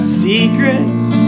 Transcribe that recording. secrets